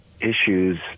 issues